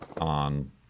on